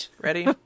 ready